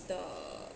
the